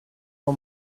for